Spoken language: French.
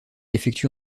effectue